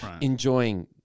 enjoying